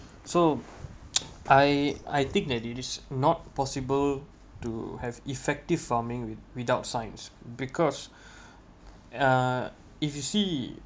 so I I think that it is not possible to have effective farming with without science because uh if you see